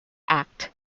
act